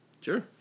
Sure